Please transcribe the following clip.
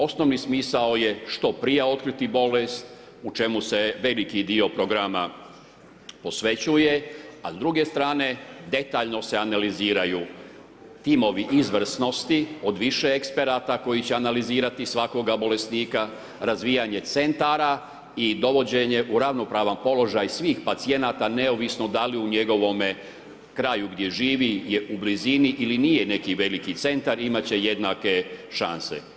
Osnovni smisao je što prije otkriti bolest u čemu se veliki dio programa posvećuje, a s druge strane detaljno se analiziraju timovi izvrsnosti od više eksperata koji će analizirati svakoga bolesnika, razvijanje centara i dovođenje u ravnopravan položaj svih pacijenata neovisno da li u njegovome kraju gdje živi je u blizini ili nije neki veliki centar, imat će jednake šanse.